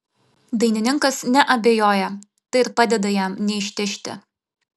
dainininkas neabejoja tai ir padeda jam neištižti